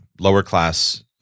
lower-class